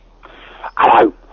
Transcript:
hello